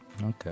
Okay